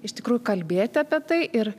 iš tikrųjų kalbėt apie tai ir